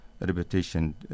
reputation